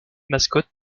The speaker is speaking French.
mascotte